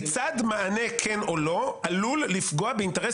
כיצד מענה כן או לא עלול לפגוע באינטרס